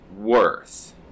worth